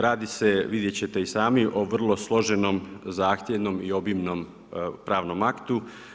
Radi se, vidjet ćete i sami o vrlo složenom, zahtjevnom i obimnom pravnom aktu.